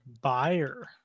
Buyer